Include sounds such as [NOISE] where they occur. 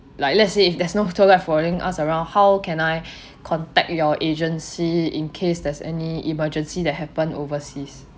like let's say if there's no tour guide following us around how can I [BREATH] contact your agency in case there's any emergency that happen overseas